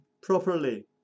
properly